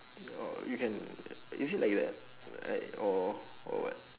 oh you can is it like that like or or what